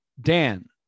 Dan –